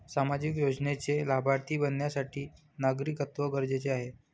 सामाजिक योजनेचे लाभार्थी बनण्यासाठी नागरिकत्व गरजेचे आहे का?